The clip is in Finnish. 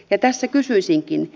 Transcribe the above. ja tästä kysyisinkin